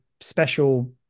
special